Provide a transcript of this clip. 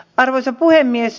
arvoisa puhemies